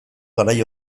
garai